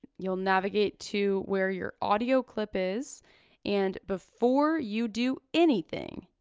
you'll navigate to where your audio clip is and before you do anything,